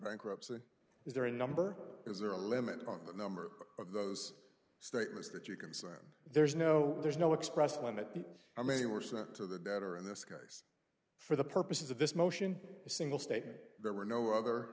bankruptcy is there a number is there a limit on the number of those statements that you consume there's no there's no expressed limit the i mean were sent to the debtor in this case for the purposes of this motion a single statement there were no other